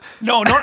no